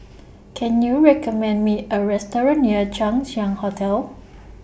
Can YOU recommend Me A Restaurant near Chang Ziang Hotel